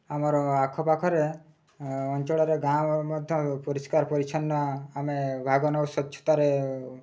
ଆମର ଆଖପାଖରେ ଅଞ୍ଚଳରେ ଗାଁ ମଧ୍ୟ ପରିଷ୍କାର ପରିଚ୍ଛନ୍ନ ଆମେ ଭାଗ ନେଉ ସ୍ୱଚ୍ଛତାରେ